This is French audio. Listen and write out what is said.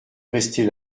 rester